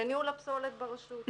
לניהול הפסולת ברשות.